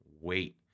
wait